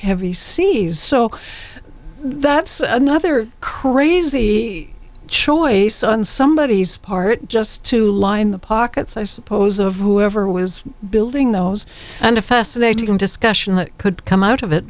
heavy seas so that's another crazy choice on somebodies part just to line the pockets i suppose of whoever was building those and a fascinating discussion that could come out of it